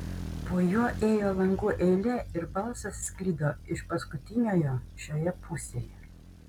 po juo ėjo langų eilė ir balsas sklido iš paskutiniojo šioje pusėje